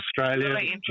Australia